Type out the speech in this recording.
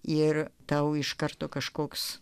ir tau iš karto kažkoks